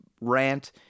rant